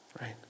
right